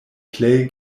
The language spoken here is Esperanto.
plej